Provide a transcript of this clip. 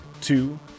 two